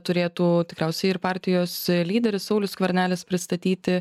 turėtų tikriausiai ir partijos lyderis saulius skvernelis pristatyti